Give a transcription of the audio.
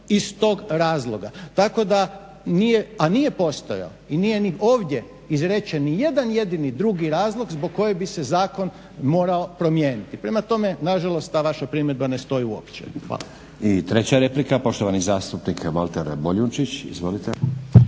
iz tog razloga. Tako da nije, a nije postojao i nije ni ovdje izrečen nijedan jedini drugi razlog zbog kojeg bi se zakon morao promijeniti. Prema tome, nažalost ta vaša primjedba ne stoji uopće. Hvala. **Stazić, Nenad (SDP)** I treća replika, poštovani zastupnik Valter Boljunčić. Izvolite.